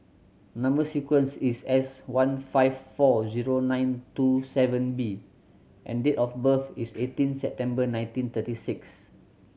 number sequence is S one five four zero nine two seven B and date of birth is eighteen September nineteen thirty six